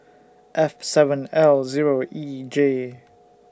F seven L Zero E J